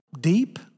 deep